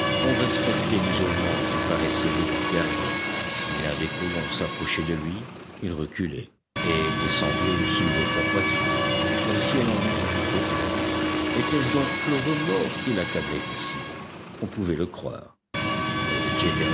on respectait l'isolement qu'il paraissait vouloir garder si l'un des colons s'approchait de lui il reculait et des sanglots soulevaient sa poitrine comme si elle en eût été trop pleine était-ce donc le remords qui l'accablait ainsi on pouvait le croire et